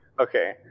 Okay